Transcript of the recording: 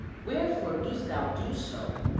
wherefore dost thou do so?